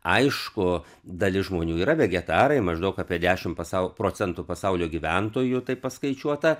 aišku dalis žmonių yra vegetarai maždaug apie dešim pasau procentų pasaulio gyventojų taip paskaičiuota